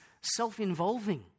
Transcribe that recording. self-involving